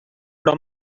però